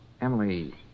Emily